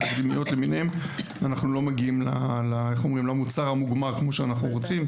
אנחנו לא מגיעים למוצר המוגמר כמו שאנחנו רוצים,